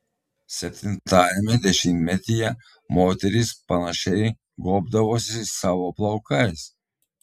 septintajame dešimtmetyje moterys panašiai gobdavosi savo plaukais